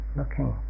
looking